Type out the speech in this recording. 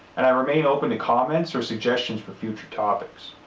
and i remain open to comments or suggestions for future topics.